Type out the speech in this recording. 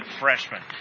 freshman